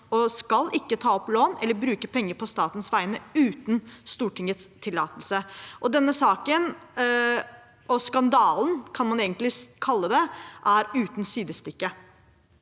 skal ta opp lån eller bruke penger på statens vegne uten Stortingets tillatelse. Denne saken – skandalen, kan man egentlig kalle det – er uten sidestykke.